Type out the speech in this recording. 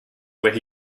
where